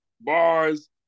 Bars